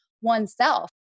oneself